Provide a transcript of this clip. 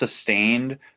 sustained